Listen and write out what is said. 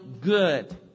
good